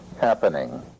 happening